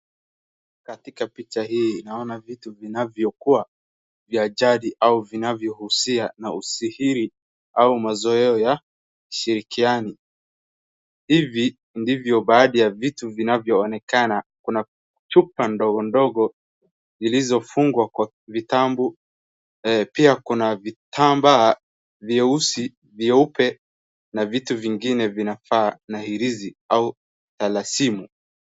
Katika picha hii naona vitu vinavyokuwa vya jadi au vinavyohusia na usiri au mazoea ya ushirikiani. Hivi ndivyo baadhi ya vitu vinavyoonekana, kuna chupa ndogo zilizofungwa kwa vitambu, pia kuna vitambaa vieusi, vieupe, na vitu vingine vinafaa na irisi au helasimu.